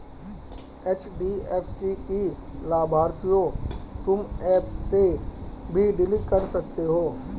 HDFC की लाभार्थियों तुम एप से भी डिलीट कर सकते हो